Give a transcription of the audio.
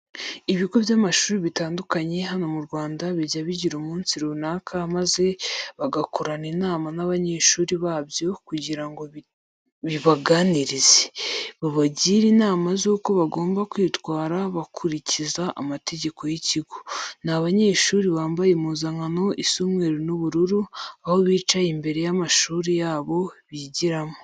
Ibigo by'amashuri bitandukanye hano mu Rwanda bijya bigira umunsi runaka maze bagakorana inama n'abanyeshuri babyo kugira ngo bibaganirize, babagire inama z'uko bagomba kwitwara bakurikiza amategeko y'ikigo. Ni abanyeshuri bambaye impuzankano isa umweru n'ubururu, aho bicaye imbere y'amashuri yabo bigiramo.